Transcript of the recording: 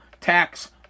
tax